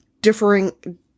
differing